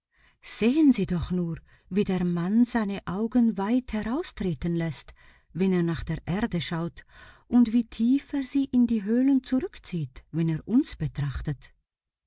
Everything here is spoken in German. sehen sie doch nur wie der mann seine augen weit heraustreten läßt wenn er nach der erde schaut und wie tief er sie in die höhlen zurückzieht wenn er uns betrachtet